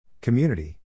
Community